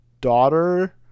daughter